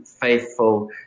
faithful